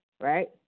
right